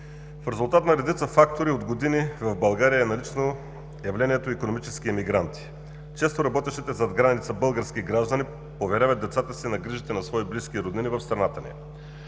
В резултат на редица фактори от години в България е налично явлението „икономически емигранти”. Често работещите зад граница български граждани поверяват децата си на грижите на свои близки роднини в страната ни.